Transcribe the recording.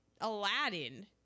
Aladdin